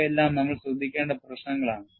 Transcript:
ഇവയെല്ലാം നമ്മൾ ശ്രദ്ധിക്കേണ്ട പ്രശ്നങ്ങളാണ്